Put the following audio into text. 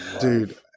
Dude